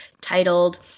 titled